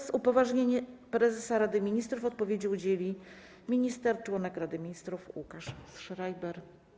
Z upoważnienia prezesa Rady Ministrów odpowiedzi udzieli minister - członek Rady Ministrów Łukasz Schreiber.